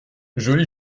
joli